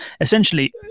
Essentially